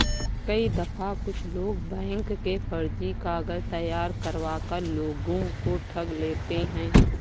कई दफा कुछ लोग बैंक के फर्जी कागज तैयार करवा कर लोगों को ठग लेते हैं